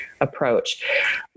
approach